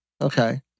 Okay